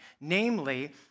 namely